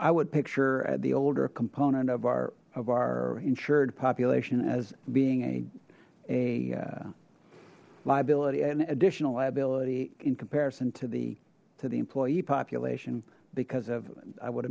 i would picture at the older component of our of our insured population as being a a liability and additional liability in comparison to the to the employee population because of i would